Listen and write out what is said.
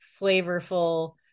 flavorful